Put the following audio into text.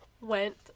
went